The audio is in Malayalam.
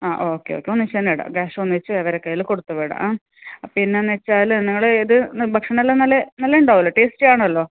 ആ ഓക്കെ ഓക്കെ ഒന്നിച്ച് തന്നെ ഇടാം ക്യാഷൊന്നിച്ച് അവരെ കയ്യിൽ കൊടുത്ത് വിടാം പിന്നെന്നു വെച്ചാൽ നിങ്ങളേത് ഭക്ഷണോല്ലാം നല്ല നല്ല ഉണ്ടാവോല്ലാ ടേസ്റ്റ് കാണുവല്ലോ